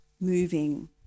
moving